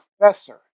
professor